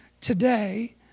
today